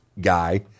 guy